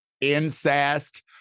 incest